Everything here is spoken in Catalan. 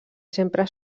sempre